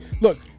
look